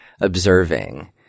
observing